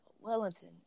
Wellington